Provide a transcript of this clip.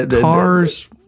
cars